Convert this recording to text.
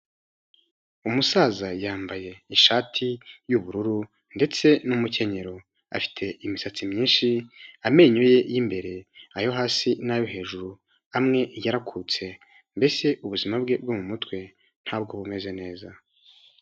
Umusaza yambaye ishati y'ubururu ndetse n'umukenyero afite imisatsi myinshi amenyo ye y'imbere ayo hasi n'ayo hejuru yarakutse mbese ubuzima bwe bwo mu mutwe ntabwo bumeze neza.